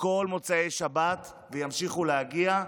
כל מוצאי שבת וימשיכו להגיע.